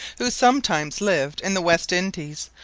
who sometimes lived in the west indies,